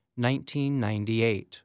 1998